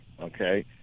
okay